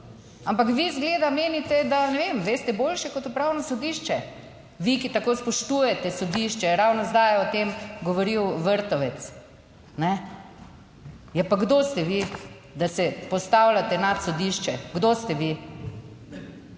Ampak vi izgleda menite, da, ne vem, veste boljše kot Upravno sodišče. Vi, ki tako spoštujete sodišče. Je ravno zdaj je o tem govoril Vrtovec, ne? Ja pa, kdo ste vi, da se postavljate nad sodišče? Kdo ste vi?